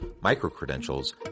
micro-credentials